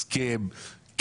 הסכם,